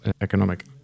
economic